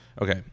okay